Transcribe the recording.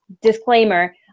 disclaimer